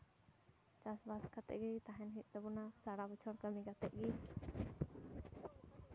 ᱪᱟᱥᱼᱵᱟᱥ ᱠᱟᱛᱮᱫ ᱜᱮ ᱛᱟᱦᱮᱱ ᱦᱩᱭᱩᱜ ᱛᱟᱵᱚᱱᱟ ᱥᱟᱨᱟ ᱵᱚᱪᱷᱚᱨ ᱠᱟᱹᱢᱤ ᱠᱟᱛᱮᱫ ᱜᱮ